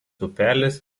upelis